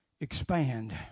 expand